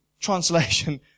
translation